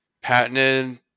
patented